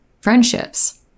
friendships